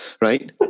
right